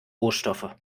rohstoffe